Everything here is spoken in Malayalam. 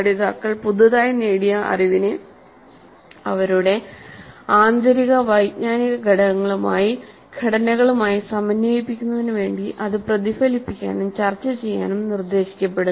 പഠിതാക്കൾ പുതുതായി നേടിയ അറിവിനെ അവരുടെ ആന്തരിക വൈജ്ഞാനിക ഘടനകളുമായി സമന്വയിപ്പിക്കുന്നതിന് വേണ്ടി അത് പ്രതിഫലിപ്പിക്കാനും ചർച്ചചെയ്യാനും നിർദ്ദേശിക്കപ്പെടുന്നു